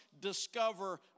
discover